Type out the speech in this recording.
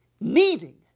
needing